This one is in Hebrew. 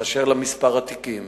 באשר למספרי התיקים